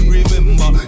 Remember